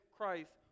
Christ